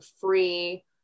free